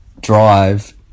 drive